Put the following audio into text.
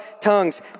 tongues